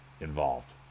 involved